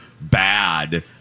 bad